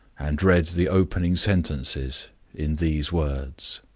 and read the opening sentences in these words